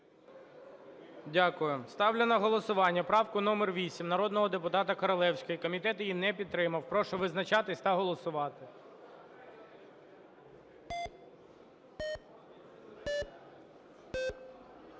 Дякую. Ставлю на голосування правку номер 8 народного депутата Королевської. Комітет її не підтримав. Прошу визначатись та голосувати.